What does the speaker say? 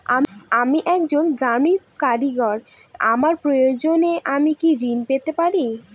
আমি একজন গ্রামীণ কারিগর আমার প্রয়োজনৃ আমি কি ঋণ পেতে পারি?